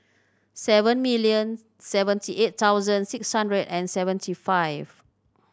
seven million seventy eight thousand six hundred and seventy five